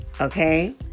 Okay